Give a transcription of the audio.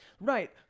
Right